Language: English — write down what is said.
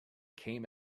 came